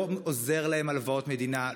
לא עוזרות להם הלוואות מדינה,